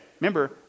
Remember